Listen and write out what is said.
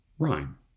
rhyme